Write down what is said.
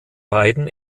beiden